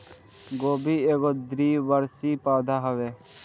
गोभी एगो द्विवर्षी पौधा हवे